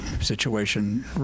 situation